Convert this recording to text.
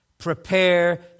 Prepare